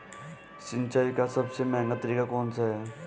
सिंचाई का सबसे महंगा तरीका कौन सा है?